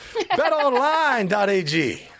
BetOnline.ag